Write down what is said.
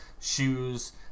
shoes